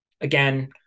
Again